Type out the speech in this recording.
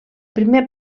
primer